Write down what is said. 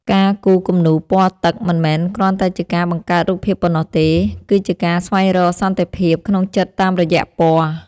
ការគូរគំនូរពណ៌ទឹកមិនមែនគ្រាន់តែជាការបង្កើតរូបភាពប៉ុណ្ណោះទេ គឺជាការស្វែងរកសន្តិភាពក្នុងចិត្តតាមរយៈពណ៌។